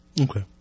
Okay